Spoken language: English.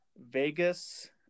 Vegas